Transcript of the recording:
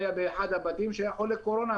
באחד הבתים שהיה חולה קורונה,